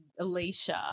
Alicia